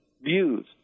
views